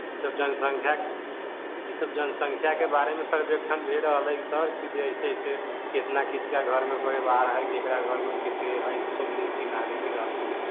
ईसब जनसंख्या ईसब जनसंख्याके बारेमे सर्वेक्षण भय रहल अछि सर कि जे ऐसे ऐसे कितना किसका घरमे परिवार है केकरा घरमे कत्ते है ओसब लिखिके लाबयके रहलै है